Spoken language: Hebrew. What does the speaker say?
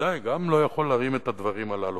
בוודאי לא יכולים להרים את הדברים הללו.